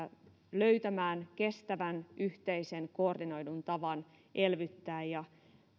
löytämään kestävän yhteisen koordinoidun tavan elvyttää ja